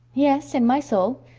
yes, in my soul.